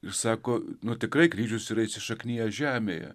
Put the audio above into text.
ir sako nu tikrai kryžius yra įsišaknijęs žemėje